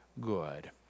good